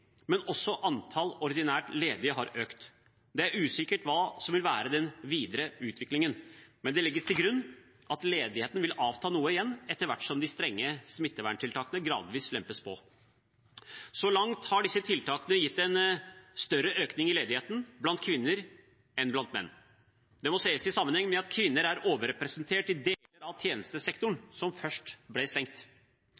men også antall ordinært ledige har økt. Det er usikkert hva som vil være den videre utviklingen, men det legges til grunn at ledigheten vil avta noe igjen etter hvert som de strenge smitteverntiltakene gradvis lempes på. Så langt har disse tiltakene gitt en større økning i ledigheten blant kvinner enn blant menn. Det må ses i sammenheng med at kvinner er overrepresentert i deler av tjenestesektoren